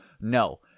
No